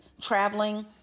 traveling